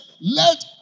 let